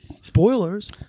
Spoilers